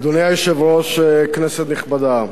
אדוני היושב-ראש, כנסת נכבדה,